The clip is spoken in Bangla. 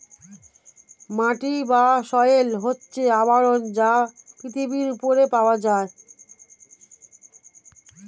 মাটি বা সয়েল হচ্ছে আবরণ যা পৃথিবীর উপরে পাওয়া যায়